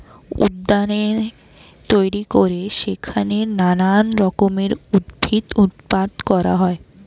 উদ্যানে তৈরি করে সেইখানে নানান রকমের উদ্ভিদ উৎপাদন করা হয়